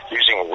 using